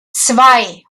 zwei